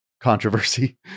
Controversy